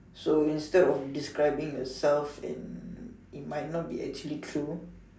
so instead of describing yourself and it might not be actually true